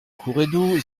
courredou